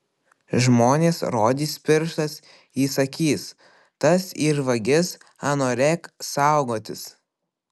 žmonės rodys pirštas į sakys tas yr vagis ano rek saugotis